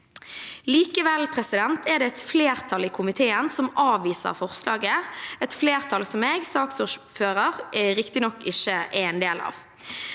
Likevel er det et flertall i komiteen som avviser forslaget – et flertall som jeg, saksordføreren, riktignok ikke er en del av.